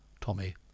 Tommy